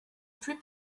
plus